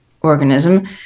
organism